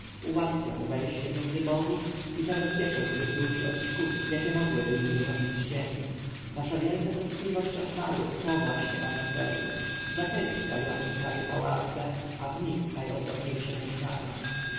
ułatwia mu wejście między bogów i zabezpiecza żywot ludzi od szkód jakie mogłyby im wyrządzić cienie nasza wielka troskliwość o zmarłych to właśnie ma na celu dlatego stawiamy im prawie pałace a w nich najozdobniejsze mieszkania